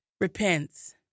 repents